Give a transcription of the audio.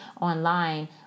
online